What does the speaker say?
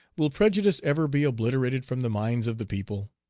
will prejudice ever be obliterated from the minds of the people?